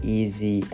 easy